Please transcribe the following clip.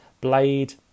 Blade